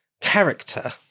character